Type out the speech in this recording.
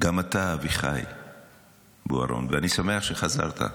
גם אתה, אביחי בוארון, ואני שמח שחזרת.